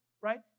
right